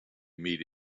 meet